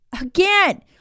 Again